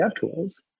DevTools